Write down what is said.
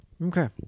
Okay